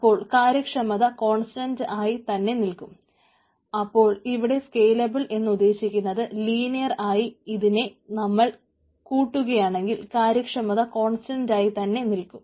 അപ്പോൾ കാര്യക്ഷമത കോൺസ്റ്റന്റായി ആയി ഇതിനെ നമ്മൾ കൂട്ടുകയാണെങ്കിൽ കാര്യക്ഷമത കോൺസ്റ്റന്റായി തന്നെ നിൽക്കും